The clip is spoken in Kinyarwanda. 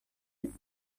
ariko